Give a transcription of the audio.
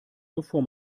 bevor